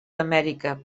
amèrica